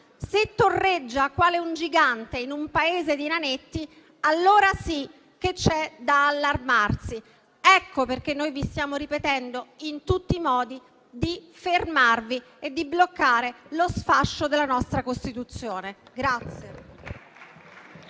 se torreggia tal quale un gigante in un paese di nanetti, allora sì, c'è di che allarmarsi». Ecco perché vi stiamo ripetendo in tutti i modi di fermarvi e di bloccare lo sfascio della nostra Costituzione.